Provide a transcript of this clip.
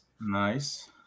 Nice